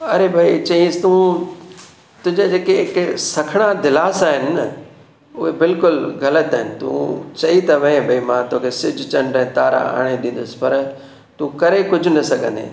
अरे भई चयांसि तूं तुंहिंजो जेके हिकु सखणा दिलास आहिनि न उहे बिल्कुलु ग़लति आहिनि तू चई त वएं भई मां तोखे सिॼु चंडु ऐं तारा आणे ॾींदुसि पर तूं करे कुझु न सघंदे